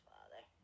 Father